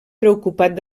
preocupat